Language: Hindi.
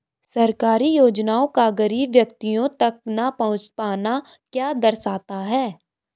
सरकारी योजनाओं का गरीब व्यक्तियों तक न पहुँच पाना क्या दर्शाता है?